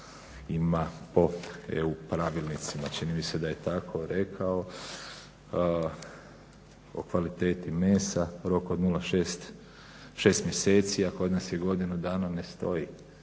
ima po EU pravilnicima čini mi se da je tako rekao o kvaliteti mesa. Rok od 6 mjeseci, a kod nas je godinu dana ne stoji.